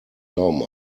glauben